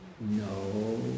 No